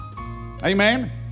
Amen